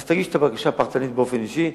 אז תגיש את הבקשה הפרטנית באופן אישי,